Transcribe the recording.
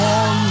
on